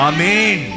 Amen